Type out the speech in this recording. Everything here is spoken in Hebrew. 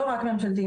לא רק ממשלתיים.